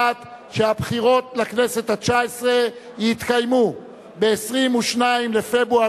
שהבחירות לכנסת התשע-עשרה יתקיימו ב-22 בינואר